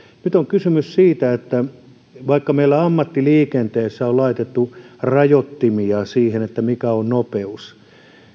nyt on kysymys siitä että kuten meillä vaikkapa ammattiliikenteessä on laitettu rajoittimia siihen mikä on nopeus